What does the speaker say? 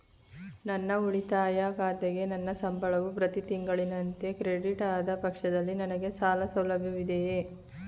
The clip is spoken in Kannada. ನನ್ನ ಉಳಿತಾಯ ಖಾತೆಗೆ ನನ್ನ ಸಂಬಳವು ಪ್ರತಿ ತಿಂಗಳಿನಂತೆ ಕ್ರೆಡಿಟ್ ಆದ ಪಕ್ಷದಲ್ಲಿ ನನಗೆ ಸಾಲ ಸೌಲಭ್ಯವಿದೆಯೇ?